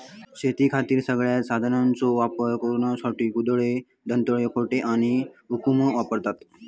शेतीखातीर सगळ्यांत साधनांचो वापर करुसाठी कुदळ, दंताळे, काटे आणि हुकुम वापरतत